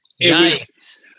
Nice